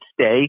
stay